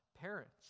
Parents